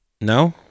No